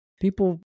people